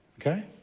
Okay